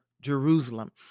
Jerusalem